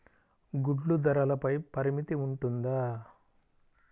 గుడ్లు ధరల పై పరిమితి ఉంటుందా?